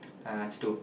uh